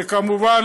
וכמובן,